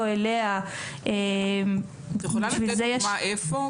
אליה --- את יכולה לתת לי דוגמה איפה?